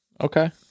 Okay